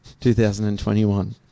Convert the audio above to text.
2021